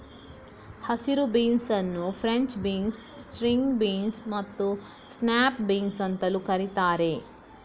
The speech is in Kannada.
ಹಸಿರು ಬೀನ್ಸ್ ಅನ್ನು ಫ್ರೆಂಚ್ ಬೀನ್ಸ್, ಸ್ಟ್ರಿಂಗ್ ಬೀನ್ಸ್ ಮತ್ತು ಸ್ನ್ಯಾಪ್ ಬೀನ್ಸ್ ಅಂತಲೂ ಕರೀತಾರೆ